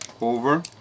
Over